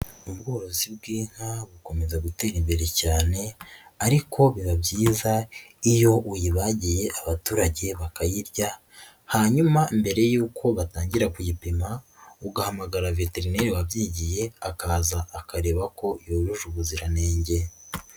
Ubworozi bw'inka bukomeza gutera imbere cyane ariko biba byiza iyo uyibagiye abaturage bakayirya, hanyuma mbere y'uko batangira kuyipima ugahamagara veterineri wabyigiye akaza akareba ko yujuje ubuziranenge.